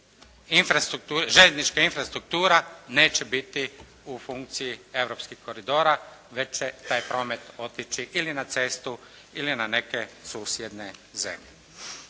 željeznička infrastruktura neće biti u funkciji europskih koridora već će taj promet otići ili na cestu ili na neke susjedne zemlje.